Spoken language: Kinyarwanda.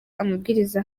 amabwiriza